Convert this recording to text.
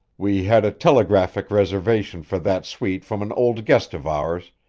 we had a telegraphic reservation for that suite from an old guest of ours,